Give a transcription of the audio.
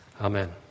Amen